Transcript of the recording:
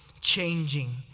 changing